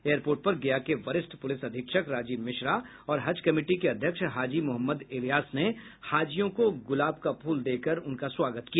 airport पर गया के वरिष्ठ प्रलिस अधिक्षक राजीव मिश्रा और हज कमेटी के अध्यक्ष हाजी मोहम्मद इलयास ने हाजियों को गुलाब का फूल देकर उनका स्वागत किया